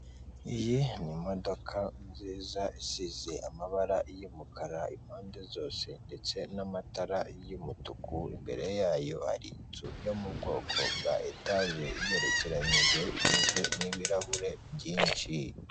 Iyi n'imodoka nziza isize amabara y'umukara impande zose ndetse n'amatara y'umutuku, imbere yayo hari inzu yo mu bwoko bwa etaje igerekeranyije igizwe n'ibirahure byinshi.